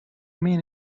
mean